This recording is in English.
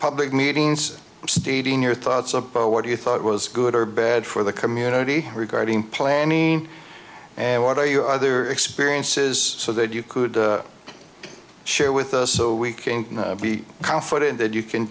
public meetings stating your thoughts about what you thought was good or bad for the community regarding planning and what are your other experiences so that you could share with us so we can be confident that you can